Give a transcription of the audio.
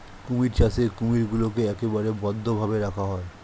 কুমির চাষে কুমিরগুলোকে একেবারে বদ্ধ ভাবে রাখা হয়